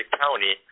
County